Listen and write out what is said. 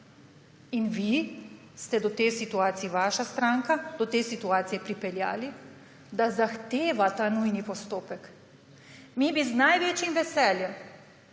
in vi ste do te situacije, vaša stranka, pripeljali, da zahteva ta nujni postopek. Mi bi z največjim veseljem